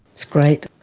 it's great,